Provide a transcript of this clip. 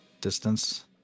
distance